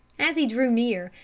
as he drew near,